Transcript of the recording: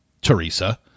Teresa